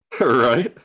Right